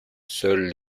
seules